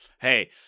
Hey